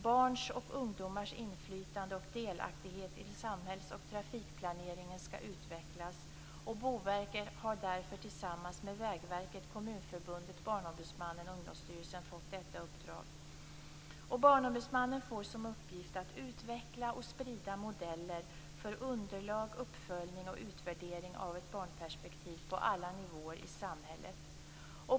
Barns och ungdomars inflytande och delaktighet i samhälls och trafikplaneringen skall utvecklas. Boverket har därför tillsammans med Vägverket, Kommunförbundet, Barnombudsmannen och Ungdomsstyrelsen fått detta uppdrag. Barnombudsmannen får som uppgift att utveckla och sprida modeller för underlag, uppföljning och utvärdering av ett barnperspektiv på alla nivåer i samhället.